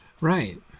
Right